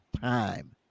time